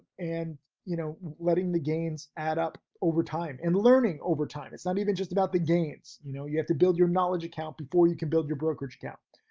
and you know, letting the gains add up over time and learning over time. it's not even just about the gains you know, you have to build your knowledge account before you can build your brokerage account.